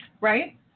right